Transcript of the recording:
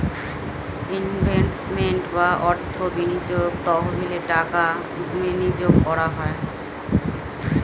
investment বা অর্থ বিনিয়োগ তহবিলে টাকা বিনিয়োগ করা হয়